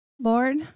Lord